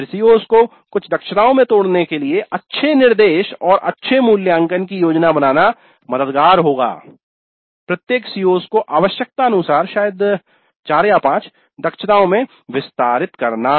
फिर CO's को कुछ दक्षताओं में तोड़ने के लिए अच्छे निर्देश और अच्छे मूल्यांकन की योजना बनाना मददगार होगा प्रत्येक CO's को आवश्यकतानुसार शायद 4 या 5 दक्षताओं में विस्तारित करना